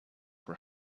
were